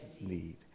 need